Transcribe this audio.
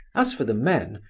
as for the men,